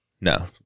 No